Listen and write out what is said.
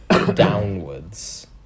Downwards